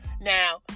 Now